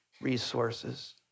resources